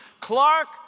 Clark